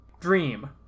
dream